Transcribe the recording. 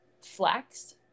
flex